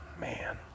Man